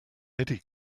eddy